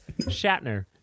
Shatner